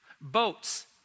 Boats